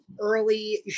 early